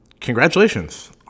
congratulations